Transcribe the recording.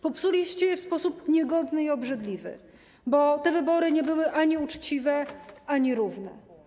Popsuliście je w sposób niegodny i obrzydliwy, bo te wybory nie były ani uczciwe, ani równe.